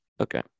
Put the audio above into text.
Okay